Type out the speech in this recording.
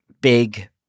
big